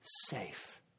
safe